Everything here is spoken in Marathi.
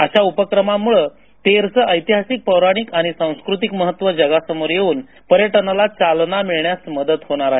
अशा उपक्रमांमुळे तेरच ऐतिहासिक पौराणिक आणि सांस्कृतिक महत्व जगासमोर येवून येथील पर्यटनाला चालना मिळण्यास मदत होणार आहे